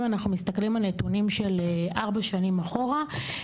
אם אנחנו מסתכלים על נתונים של ארבע שנים אחורה,